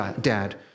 dad